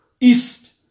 east